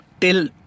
till